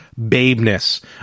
babeness